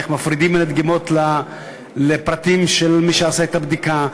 איך מפרידים בין הדגימות לפרטים של מי שעשה את הבדיקה,